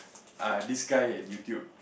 err this guy and YouTube